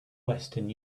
western